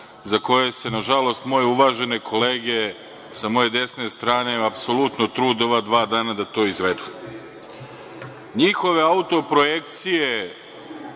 za koje se, nažalost, moje uvažene kolege sa moje desne strane apsolutno trude ova dva dana da to izvedu. Njihove autoprojekcije